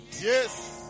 Yes